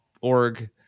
org